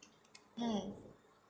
mm